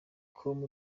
com